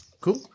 Cool